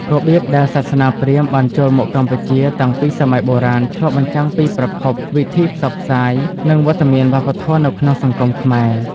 របៀបដែលសាសនាព្រាហ្មណ៍បានចូលមកកម្ពុជាតាំងពីសម័យបុរាណ ឆ្លុះបញ្ចាំងពីប្រភព វិធីផ្សព្វផ្សាយ និងវត្តមានវប្បធម៌នៅក្នុងសង្គមខ្មែរ។